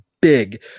big